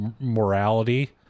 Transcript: morality